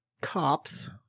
cops